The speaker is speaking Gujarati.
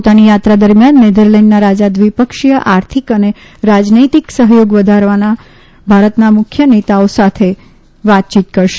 પોતાની થાત્રા દરમ્યાન નેધરલેન્ડના રાજા દ્વિપક્ષીય આર્થિક અને રાજનૈતિક સહયોગ વધારવા ભારતના મુખ્ય નેતાઓ સાથે વાતચીત કરશે